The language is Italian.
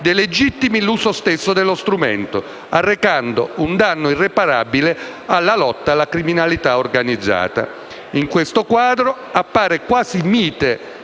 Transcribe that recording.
delegittimi l'uso stesso dello strumento, arrecando un danno irreparabile alla lotta alla criminalità organizzata. In questo quadro appare quasi mite